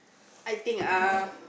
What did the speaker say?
I think uh